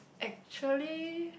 actually